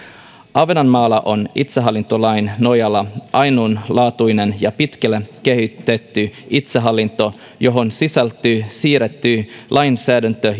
ahvenanmaalla on itsehallintolain nojalla ainutlaatuinen ja pitkälle kehitetty itsehallinto johon sisältyy siirretty lainsäädäntö